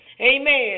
Amen